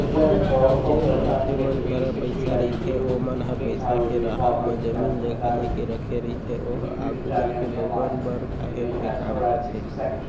जेन मनखे मन करा पइसा रहिथे ओमन ह पइसा के राहब म जमीन जघा लेके रखे रहिथे ओहा आघु जागे लोगन बर काहेच के काम आथे